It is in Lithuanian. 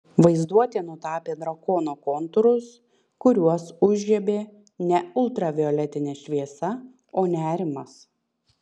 vaizduotė nutapė drakono kontūrus kuriuos užžiebė ne ultravioletinė šviesa o nerimas